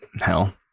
hell